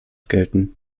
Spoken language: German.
gelten